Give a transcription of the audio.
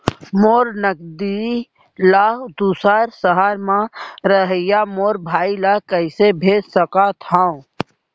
मोर नगदी ला दूसर सहर म रहइया मोर भाई ला कइसे भेज सकत हव?